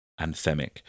anthemic